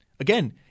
Again